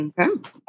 Okay